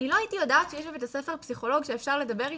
אני לא הייתי יודעת שיש בבית-הספר פסיכולוג שאפשר לדבר איתו.